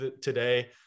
today